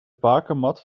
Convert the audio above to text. bakermat